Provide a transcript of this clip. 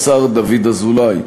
לשר דוד אזולאי.